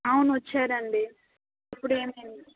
అవును వచ్చారండీ ఇప్పుడు ఏమైంది